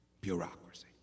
Bureaucracy